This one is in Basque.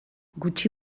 gutxi